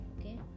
okay